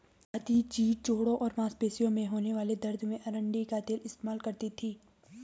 दादी जी जोड़ों और मांसपेशियों में होने वाले दर्द में अरंडी का तेल इस्तेमाल करती थीं